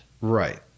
Right